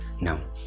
now